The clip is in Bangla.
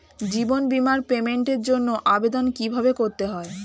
জীবন বীমার পেমেন্টের জন্য আবেদন কিভাবে করতে হয়?